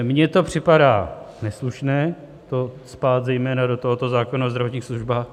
Mně to připadá neslušné to cpát zejména do tohoto zákona o zdravotních službách.